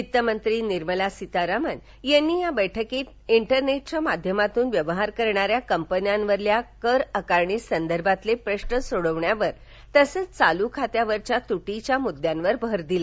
वित्तमंत्री निर्मला सीतारामन यांनी या बैठकीत इंटरनेटच्या माध्यमातून व्यवहार करणाऱ्या कंपन्यांवरील कर आकारणी संदर्भातले प्रश्न सोडवण्यावर तसंच चालू खात्यावरील तुटीच्या मुद्द्यावर भर दिला